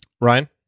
Ryan